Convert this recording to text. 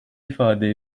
ifade